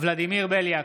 ולדימיר בליאק,